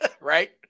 Right